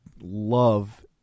love